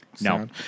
No